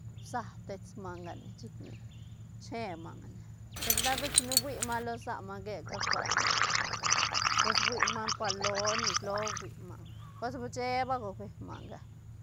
bsab dets manga ne chic ne che manga ne per repa chine fui manga lo sane manga que ca cua ra manga pues fui manga pa loa nes loa fui manga pues cheeba go ben manga